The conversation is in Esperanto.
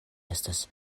estas